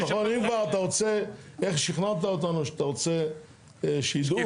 אתה רוצה איך שכנעת אותנו שאתה רוצה שיידעו?